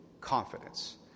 confidence